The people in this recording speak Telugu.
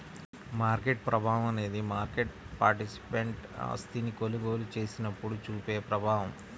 మార్కెట్ ప్రభావం అనేది మార్కెట్ పార్టిసిపెంట్ ఆస్తిని కొనుగోలు చేసినప్పుడు చూపే ప్రభావం